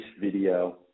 video